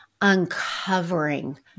uncovering